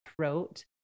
throat